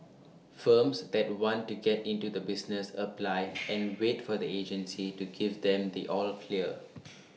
firms that want to get into the business apply and wait for the agency to give them the all of clear